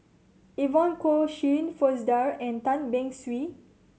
Evon Kow Shirin Fozdar and Tan Beng Swee